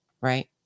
right